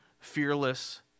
fearless